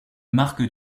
marquent